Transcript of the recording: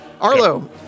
Arlo